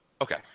Okay